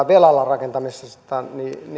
velalla rakentamisesta